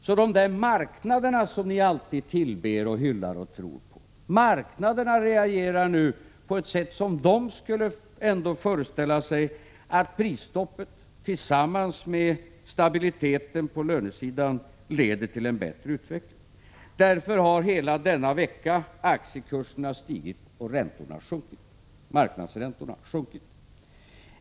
Men den där marknaden, som ni i oppositionen tillber, hyllar och tror på, reagerar nu som om man där skulle föreställa sig att prisstoppet tillsammans med stabiliteten på lönesidan leder till en bättre utveckling. Därför har hela denna vecka aktiekurserna stigit och marknadsräntorna sjunkit.